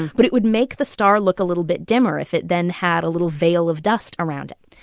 but it would make the star look a little bit dimmer if it then had a little veil of dust around it.